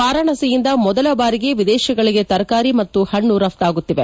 ವಾರಾಣಸಿಯಿಂದ ಮೊದಲ ಬಾರಿಗೆ ವಿದೇಶಗಳಿಗೆ ತರಕಾರಿ ಮತ್ತು ಹಣ್ಣು ರಫ್ತಾಗುತ್ತಿದೆ